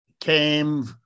came